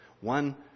one